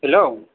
hello